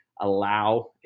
allow